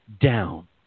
down